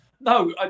No